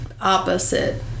opposite